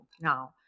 now